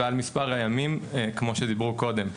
ועל מספר הימים כמו שדיברו פה קודם.